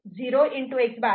x 0 0